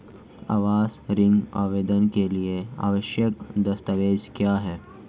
आवास ऋण आवेदन के लिए आवश्यक दस्तावेज़ क्या हैं?